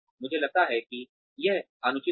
मुझे लगता है कि यह अनुचित होगा